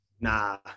Nah